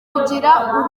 kugira